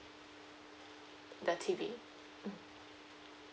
the T_V mm